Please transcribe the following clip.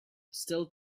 still